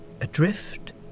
Adrift